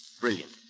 Brilliant